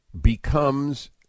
becomes